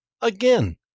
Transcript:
Again